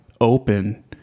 open